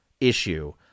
issue